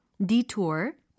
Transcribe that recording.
detour